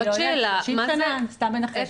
אני לא יודעת, חמישים שנה, אני סתם מנחשת.